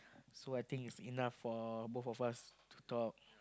so I think is enough for both of us to talk